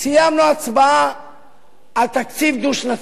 סיימנו הצבעה על תקציב דו-שנתי.